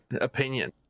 opinion